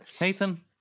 nathan